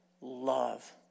love